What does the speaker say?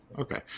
Okay